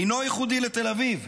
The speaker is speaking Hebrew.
אינו ייחודי לתל אביב.